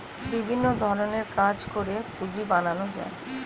বিভিন্ন ধরণের কাজ করে পুঁজি বানানো যায়